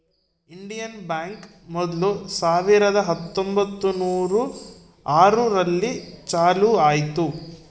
Indian Bank ಮೊದ್ಲು ಸಾವಿರದ ಹತ್ತೊಂಬತ್ತುನೂರು ಆರು ರಲ್ಲಿ ಚಾಲೂ ಆಯ್ತು